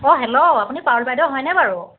অঁ হেল্ল' আপুনি পাৰুল বাইদেউ হয়নে বাৰু